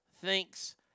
thinks